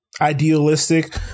idealistic